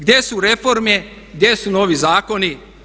Gdje su reforme, gdje su novi zakoni?